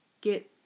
get